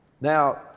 Now